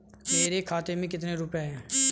मेरे खाते में कितने रुपये हैं?